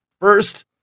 First